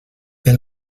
pel